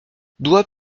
doit